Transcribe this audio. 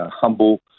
humble